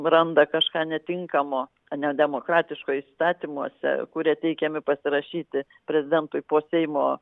randa kažką netinkamo nedemokratiško įstatymuose kurie teikiami pasirašyti prezidentui po seimo